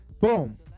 boom